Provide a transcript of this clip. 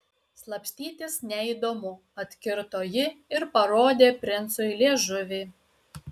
slapstytis neįdomu atkirto ji ir parodė princui liežuvį